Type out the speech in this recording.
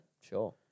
Sure